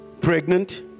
pregnant